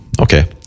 Okay